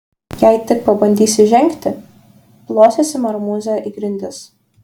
jei tik pabandysi žengti plosiesi marmūze į grindis